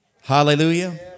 Hallelujah